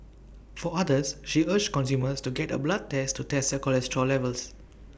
for others she urged consumers to get A blood test to test A cholesterol levels